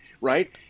Right